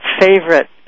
favorite